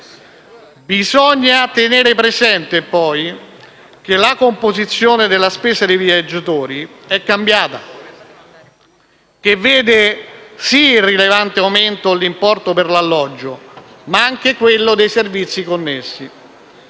Bisogna tenere presente poi che la composizione della spesa dei viaggiatori è cambiata e vede, sì, in rilevante aumento l'importo per l'alloggio, ma anche quello dei servizi connessi.